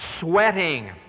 sweating